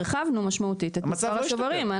הרחבנו משמעותית את מספר השוברים.